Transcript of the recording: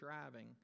driving